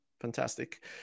Fantastic